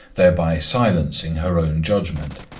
thereby silencing her own judgment,